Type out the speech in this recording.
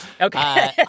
Okay